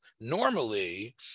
Normally